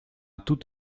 tout